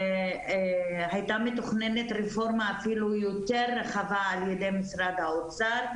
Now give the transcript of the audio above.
הייתה מתוכננת רפורמה אפילו יותר רחבה על ידי משרד האוצר,